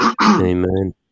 Amen